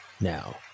now